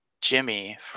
Jimmy